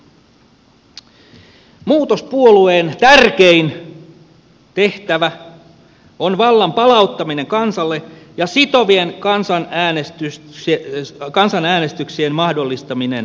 muutos puolueen tärkein tehtävä on vallan palauttaminen kansalle ja sitovien kansanäänestyksien mahdollistaminen suomessa